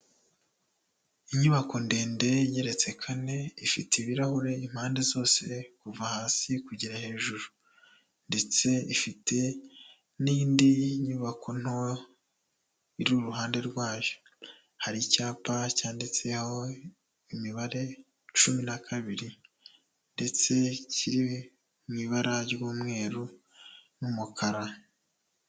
Inyubako ndende igeretse kane, ifite ibirahure impande zose kuva hasi kugera hejuru, ndetse ifite n'indi nyubako nto iri mu ruhande rwayo, hari icyapa cyanditseho imibare cumi na kabiri ndetse kiri mu ibara ry'umweru n'umukara.